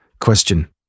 question